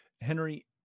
Henry